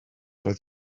roedd